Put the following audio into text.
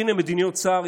הינה מדיניות שר,